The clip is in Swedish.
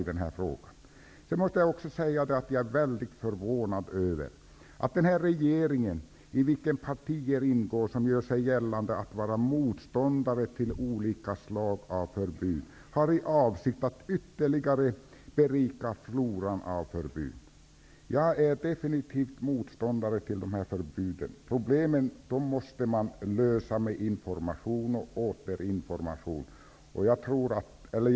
I regeringen ingår partier som gör gällande att de är motståndare till olika slag av förbud. Det är därför förvånande att denna regering har för avsikt att ytterligare berika floran av förbud. Jag är definitivt motståndare till dessa förbud. Man måste lösa problemen med information och åter information.